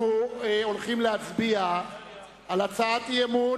אנחנו הולכים להצביע על הצעת אי-אמון